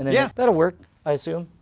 and then, yeah that'll work, i assume.